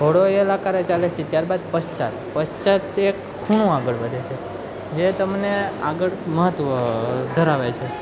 ઘોડો એલ આકારે ચાલે છે ત્યારબાદ પશ્ચાત પશ્ચાત એક ખુણો આગળ વધે છે જે તમને આગળ મહત્ત્વ ધરાવે છે